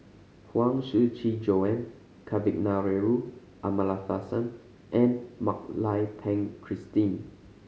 Huang Shiqi Joan Kavignareru Amallathasan and Mak Lai Peng Christine